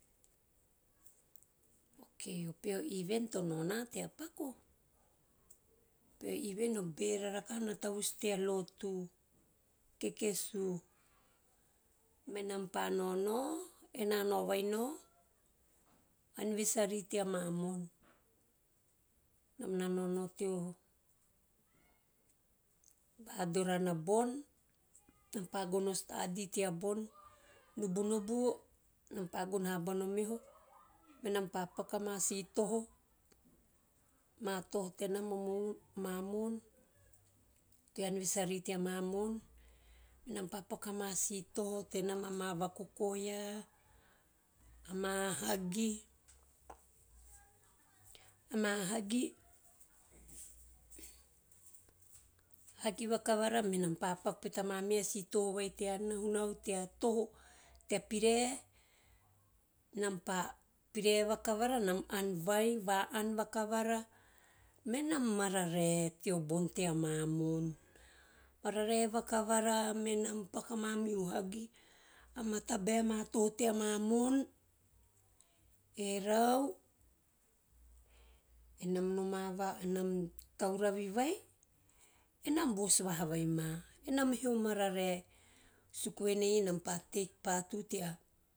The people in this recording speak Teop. Okei, o peho event to nao na tea paku, o event o bera rakaha na tavus tea lotu kekesu. Menam pa naono, ena nau vai nao, o annivesary tea mamo`on, emam na naono tea, vadorana bon, menam pa gono study teabon, nubunubu menam pa gono vahabana omeho, menam pa paku ama si toho, ama toho tenam o mo`on a mamo`on teo annivesary tea mamo`on. Menam pa paku ama si toho tenam ama mo`on ama si va kokoia. ama hagi, hagi vakavara menam pa paku pete ama si toho vai tea nahunahu, tea toho, tea pire. Enam pa pire vakavara enam ann vai enam ann vakavara mena mararae teo bon tea mamo`on. Mararae vakavara menam paku a mamihu hagi, ama tabae ama tohotea ma mo`on. Erau enam noma vaha, tauravi vai enam vos vaha vai ma enam he o mararae venei enam pa take part u tea.